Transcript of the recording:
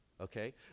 okay